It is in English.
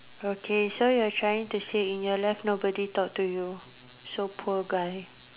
okay so you are trying to say in your life nobody talk to you so poor guy